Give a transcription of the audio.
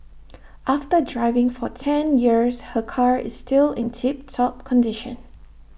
after driving for ten years her car is still in tip top condition